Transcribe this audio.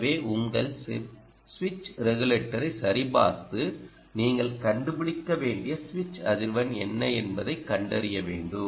எனவே உங்கள் சுவிட்ச் ரெகுலேட்டரைச் சரிபார்த்து நீங்கள் கண்டுபிடிக்க வேண்டிய சுவிட்ச் அதிர்வெண் என்ன என்பதைக் கண்டறிய வேண்டும்